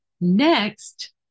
Next